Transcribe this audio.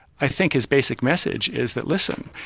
i think his basic message is that listen,